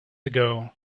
ago